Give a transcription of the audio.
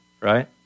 right